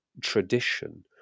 tradition